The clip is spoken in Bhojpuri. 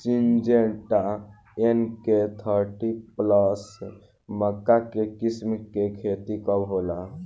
सिंजेंटा एन.के थर्टी प्लस मक्का के किस्म के खेती कब होला?